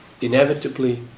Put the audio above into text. inevitably